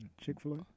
chick-fil-a